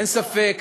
אין ספק